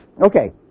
Okay